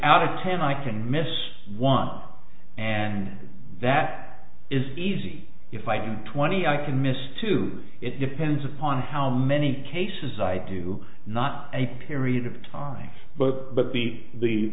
out of ten i can miss one and that is easy if i do twenty i can miss two it depends upon how many cases i do not a period of time but but the the